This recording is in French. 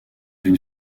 une